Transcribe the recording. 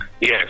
Yes